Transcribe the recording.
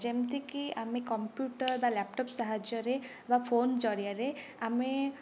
ଯେମିତିକି ଆମେ କମ୍ପ୍ୟୁଟର ବା ଲ୍ୟାପ୍ଟପ୍ ସାହାଯ୍ୟରେ ବା ଫୋନ୍ ଜରିଆରେ ଆମେ